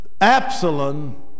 Absalom